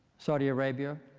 saudi arabia,